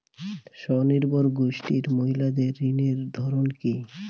স্বনির্ভর গোষ্ঠীর মহিলাদের ঋণের ধরন কি?